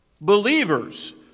Believers